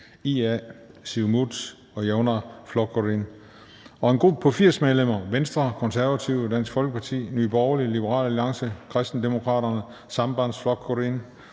Siumut og Javnaðarflokkurin; og en gruppe på 80 medlemmer: Venstre, Det Konservative Folkeparti, Dansk Folkeparti, Nye Borgerlige, Liberal Alliance, Kristendemokraterne, Sambandsflokkurin,